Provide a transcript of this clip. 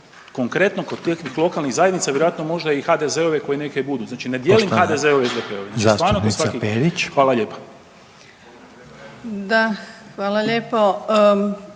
konkretno kod tih lokalnih zajednica vjerojatno možda i HDZ-ove koje neke i budu. Znači ne dijelim HDZ-ove i SDP-ove …/Govornici govore istovremeno, ne razumije